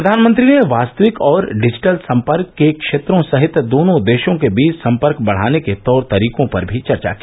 प्रधानमंत्री ने वास्तविक और डिजिटल संपर्क के क्षेत्रों सहित दोनों देशों के बीच संपर्क बढाने के तौर तरीकों पर भी चर्चा की